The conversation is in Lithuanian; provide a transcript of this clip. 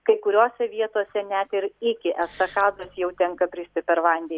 kai kuriose vietose net ir iki estakados jau tenka bristi per vandenį